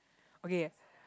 okay